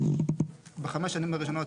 בחמש השנים הראשונות,